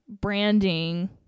branding